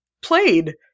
played